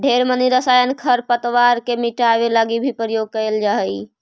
ढेर मनी रसायन खरपतवार के मिटाबे लागी भी प्रयोग कएल जा हई